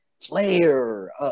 Flair